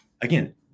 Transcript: again